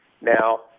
Now